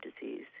disease